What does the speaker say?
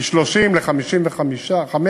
מ-30 ל-55.